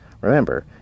Remember